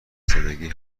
زدگی